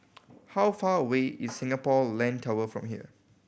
how far away is Singapore Land Tower from here